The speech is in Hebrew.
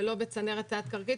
ולא בצנרת תת-קרקעית.